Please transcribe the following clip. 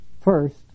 First